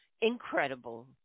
incredible